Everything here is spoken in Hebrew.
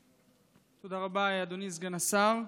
תודה רבה, אדוני סגן השר.